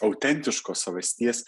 autentiškos savasties